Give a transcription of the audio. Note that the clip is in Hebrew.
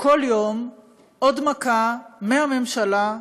כל יום עוד מכה בראש מהממשלה.